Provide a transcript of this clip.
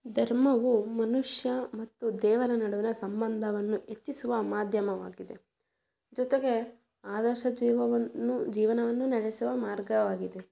ಧರ್ಮವು ಮನುಷ್ಯ ಮತ್ತು ದೇವರ ನಡುವಿನ ಸಂಬಂಧವನ್ನು ಹೆಚ್ಚಿಸುವ ಮಾಧ್ಯಮವಾಗಿದೆ ಜೊತೆಗೆ ಆದರ್ಶ ಜೀವವನ್ನು ಜೀವನವನ್ನು ನಡೆಸುವ ಮಾರ್ಗವಾಗಿದೆ